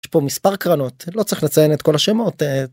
מספר קרנות. לא צריך לציין את כל השמות, אה..